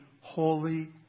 holy